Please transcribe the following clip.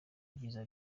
ibyiza